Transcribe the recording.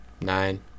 nine